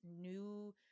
new